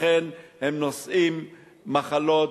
לכן הם נושאים מחלות